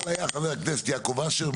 יכול היה חבר הכנסת יעקב אשר,